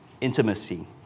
intimacy